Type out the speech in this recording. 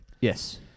yes